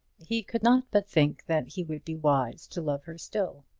he could not but think that he would be wise to love her still.